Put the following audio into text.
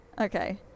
Okay